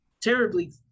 terribly